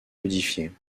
modifiés